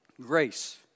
grace